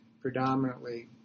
predominantly